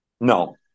No